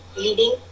leading